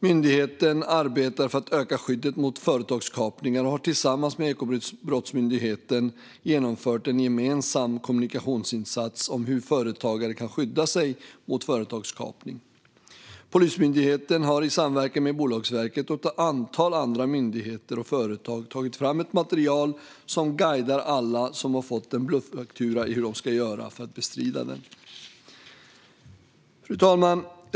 Myndigheten arbetar för att öka skyddet mot företagskapningar och har tillsammans med Ekobrottsmyndigheten genomfört en gemensam kommunikationsinsats om hur företagare kan skydda sig mot företagskapning. Polismyndigheten har i samverkan med Bolagsverket och ett antal andra myndigheter och företag tagit fram ett material som guidar alla som har fått en bluffaktura i hur de ska göra för att bestrida den. Fru talman!